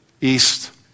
east